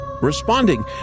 Responding